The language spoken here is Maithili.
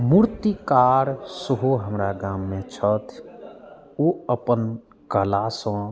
मूर्तिकार सेहो हमरा गाममे छथि ओ अपन कलासँ